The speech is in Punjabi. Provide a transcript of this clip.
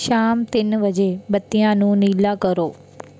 ਸ਼ਾਮ ਤਿੰਨ ਵਜੇ ਬੱਤੀਆਂ ਨੂੰ ਨੀਲਾ ਕਰੋ